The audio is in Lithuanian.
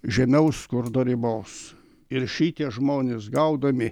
žemiau skurdo ribos ir šitie žmonės gaudami